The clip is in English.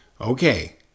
Okay